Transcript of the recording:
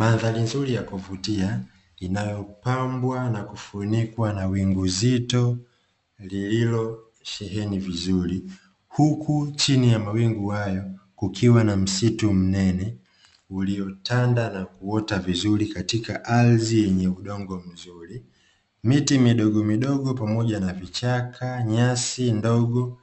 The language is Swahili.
Mandhari nzuri ya kuvutia, inayopambwa na kufunikwa na wingu zito lililosheheni vizuri, huku chini ya mawingu hayo kukiwa na msitu mnene uliotanda na kuota vizuri katika ardhi yenye udongo mzuri. Miti midogo midogo pamoja na vichaka na nyasi ndogo